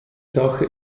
sache